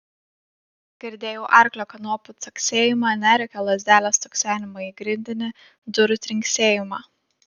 girdėjau arklio kanopų caksėjimą neregio lazdelės stuksenimą į grindinį durų trinksėjimą